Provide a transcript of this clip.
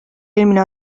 eelmine